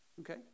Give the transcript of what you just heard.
okay